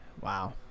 Wow